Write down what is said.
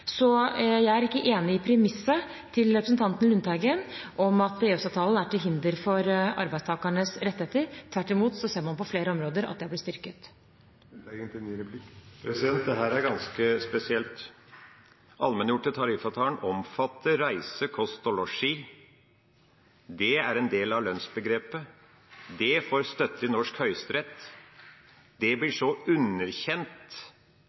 Så jeg er ikke enig i premisset til representanten Lundteigen om at EØS-avtalen er til hinder for arbeidstakernes rettigheter. Tvert imot ser man på flere områder at de er blitt styrket. Dette er ganske spesielt. Allmenngjorte tariffavtaler omfatter reise, kost og losji. Det er en del av lønnsbegrepet. Det får støtte i norsk Høyesterett. Det